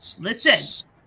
listen